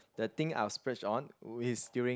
the thing I'd splurge on is during